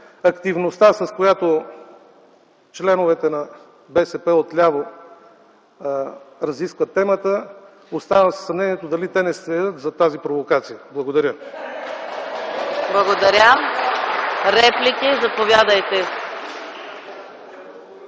активността, с която членовете на БСП отляво разискват темата, оставам със съмнението дали те не стоят зад тази провокация. Благодаря. (Ръкопляскания от